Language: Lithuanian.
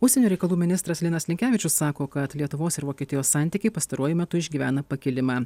užsienio reikalų ministras linas linkevičius sako kad lietuvos ir vokietijos santykiai pastaruoju metu išgyvena pakilimą